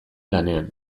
lanean